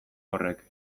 horrek